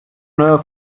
nueva